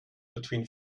between